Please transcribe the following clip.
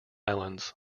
islands